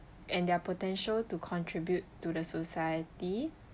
and their potential to contribute to the society